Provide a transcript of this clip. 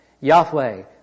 Yahweh